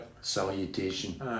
Salutation